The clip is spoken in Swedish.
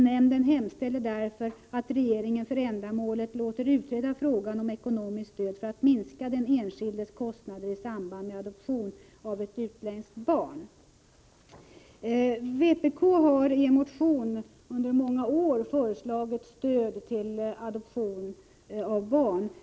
Nämnden hemställer därför att regeringen för ändamålet låter utreda frågan om ekonomiskt stöd för att minska den enskildes kostnader i samband med adoption av ett utländskt barn.” Vpk har under många år i motion föreslagit stöd till adoption av barn.